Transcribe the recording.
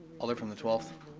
alder from the twelfth.